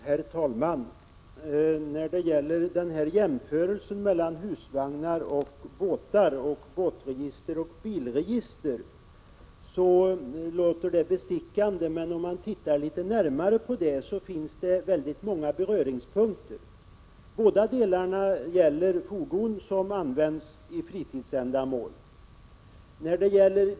Herr talman! Detta med jämförelsen mellan husvagnar och båtar och bilregister och båtregister kan låta bestickande, men om man undersöker saken närmare finns det många beröringspunkter. Det handlar i båda fallen om fordon som används för fritidsändamål.